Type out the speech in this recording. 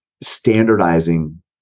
standardizing